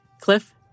Cliff